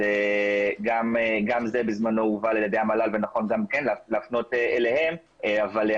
גם זה בזמנו הובל על ידי המל"ל ונכון גם כן להפנות אליהם את השאלה.